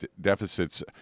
deficits